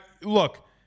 look